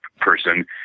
person